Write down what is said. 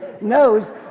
knows